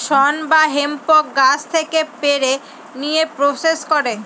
শন বা হেম্পকে গাছ থেকে পেড়ে নিয়ে প্রসেস করে